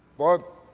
but,